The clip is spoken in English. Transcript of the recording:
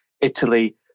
Italy